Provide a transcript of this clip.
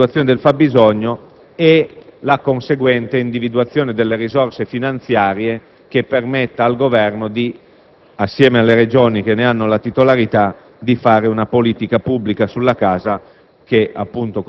per l'individuazione del fabbisogno e la conseguente individuazione delle risorse finanziarie, che permetta al Governo, insieme alle Regioni che ne hanno la titolarità, di predisporre una politica pubblica per